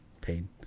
pain